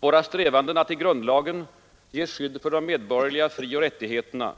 Våra strävanden att i grundlagen ge skydd för de medborgerliga frioch rättigheterna